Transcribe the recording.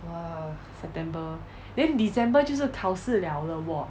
!wah! september then december 就是考试 liao 了哦